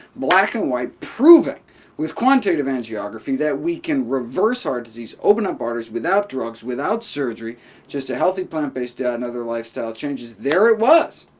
black and white, proving with quantitative angiography that we can reverse heart disease, open up arteries without drugs, without surgery just a healthy plant-based diet ah and other lifestyle changes. there it was,